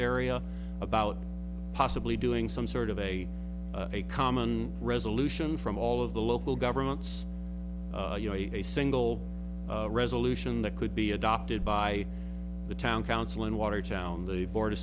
area about possibly doing some sort of a a common resolution from all of the local governments you know a single resolution that could be adopted by the town council in watertown the board